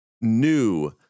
new